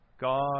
God